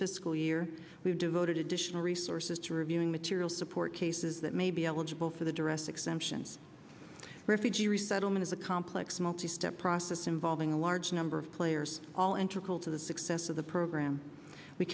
fiscal year we've devoted additional resources to reviewing material support cases that may be eligible for the duress extension refugee resettlement is a complex multi step process involving a large number of players all enter called to the success of the program we